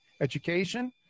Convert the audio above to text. education